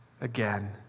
again